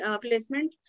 placement